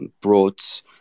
brought